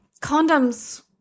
condoms